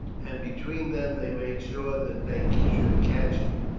and between them they made sure that they should catch you,